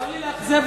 צר לי לאכזב אותך,